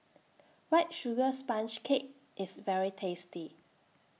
White Sugar Sponge Cake IS very tasty